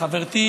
מה קורה?